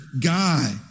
guy